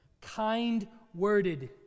kind-worded